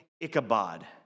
Ichabod